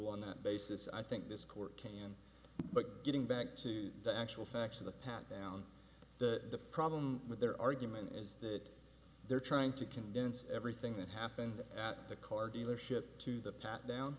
on that basis i think this court came in but getting back to the actual facts of the pat down the problem with their argument is that they're trying to condense everything that happened at the car dealership to the pat down